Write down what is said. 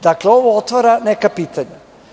Dakle, ovo otvara neka pitanja.